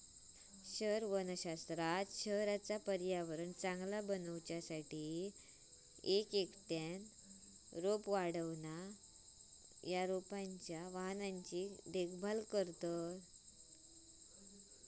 शहर वनशास्त्रात शहराचा पर्यावरण चांगला बनवू साठी एक एकट्याने वाढणा या रोपांच्या वाहनांची देखभाल करतत